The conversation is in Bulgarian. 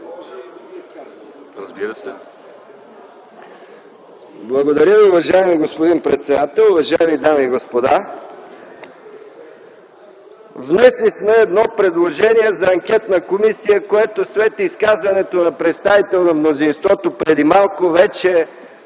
МИКОВ (КБ): Благодаря Ви. Уважаеми господин председател, уважаеми дами и господа! Внесли сме едно предложение за анкетна комисия, което след изказването на представител на мнозинството преди малко, вече